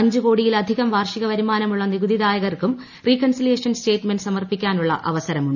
അഞ്ച് കോടിയിലധികം വാർഷിക വരുമാനമുള്ള നികുതിദായകർക്കും റികൺസിലിയേഷൻ സ്റ്റേറ്റ് മെന്റ് സമർപ്പിക്കാനുള്ള അവസരമുണ്ട്